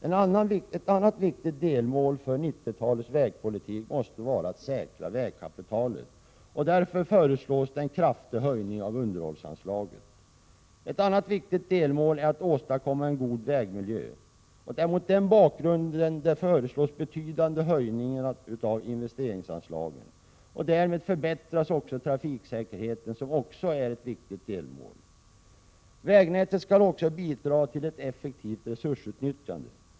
Ett annat viktigt delmål för 1990-talets vägpolitik måste vara att säkra vägkapitalet. Därför föreslås en kraftig höjning av underhållsanslaget. Ett annat viktigt delmål är att åstadkomma en god vägmiljö. Det är mot den bakgrunden utskottet föreslår betydande höjningar av investeringsanslagen. Därmed förbättras även trafiksäkerheten som också är ett viktigt delmål. Vägnätet skall också bidra till ett effektivt resursutnyttjande.